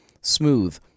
smooth